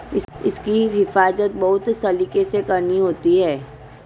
इसकी हिफाज़त बहुत सलीके से करनी होती है